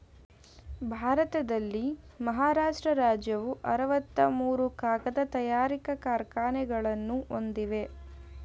ಭಾರತದಲ್ಲಿ ಮಹಾರಾಷ್ಟ್ರ ರಾಜ್ಯವು ಅರವತ್ತ ಮೂರು ಕಾಗದ ತಯಾರಿಕಾ ಕಾರ್ಖಾನೆಗಳನ್ನು ಇವೆ